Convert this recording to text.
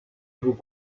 vous